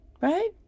right